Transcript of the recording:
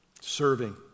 serving